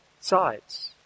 sides